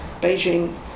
Beijing